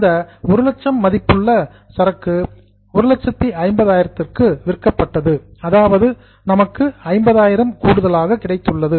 இந்த 100000 மதிப்புள்ள சரக்கு 150 க்கு விற்கப்பட்டது அதாவது நமக்கு 50000 கூடுதலாக கிடைத்துள்ளது